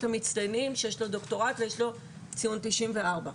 המצטיינים שיש לו דוקטורט ויש לו ציון 94,